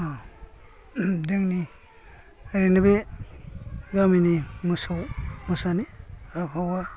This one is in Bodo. जोंनि एरैनो बे गामिनि मोसौ मोसानि आबहावा